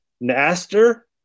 Naster